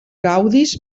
gaudis